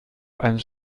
eines